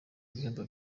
ibihembo